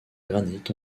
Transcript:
granit